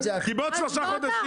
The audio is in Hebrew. כי בעוד שלושה חודשים